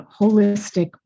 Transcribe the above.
holistic